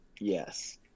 Yes